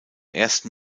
ersten